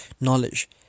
knowledge